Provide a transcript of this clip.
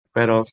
Pero